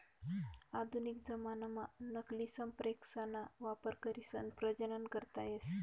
आधुनिक जमानाम्हा नकली संप्रेरकसना वापर करीसन प्रजनन करता येस